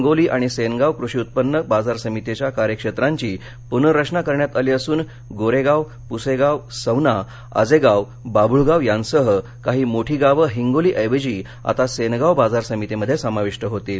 हिंगोली आणि सेनगाव कृषी उत्पन्न बाजार समितीच्या कार्यक्षेत्रांची पुनर्रचना करण्यात आली असून गोरेगाव पुसेगाव सवना आजेगाव बाभूळगाव यासह काही मोठी गावं हिंगोलीऐवजी आता सेनगाव बाजार समितीमध्ये समाविष्ट होतील